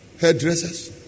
hairdressers